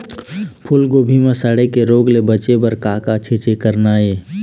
फूलगोभी म सड़े के रोग ले बचे बर का के छींचे करना ये?